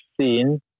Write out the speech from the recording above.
seen